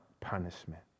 punishment